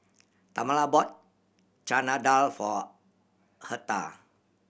Tamala bought Chana Dal for Hertha